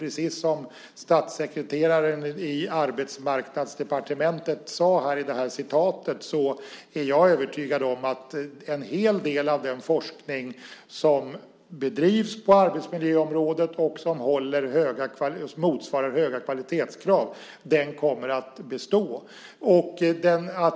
Precis som statssekreteraren på Arbetsmarknadsdepartementet sade är jag övertygad om att en hel del av den forskning som bedrivs på arbetsmiljöområdet och som motsvarar höga kvalitetskrav kommer att bestå.